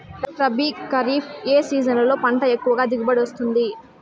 రబీ, ఖరీఫ్ ఏ సీజన్లలో పంట ఎక్కువగా దిగుబడి వస్తుంది